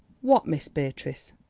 what, miss beatrice,